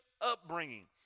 upbringing